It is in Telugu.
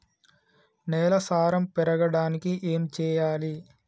నేల సారం పెరగడానికి ఏం చేయాలి?